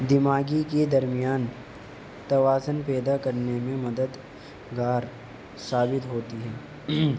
دماغ کی درمیان توازن پیدا کرنے میں مدد گار ثابت ہوتی ہے